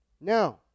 Now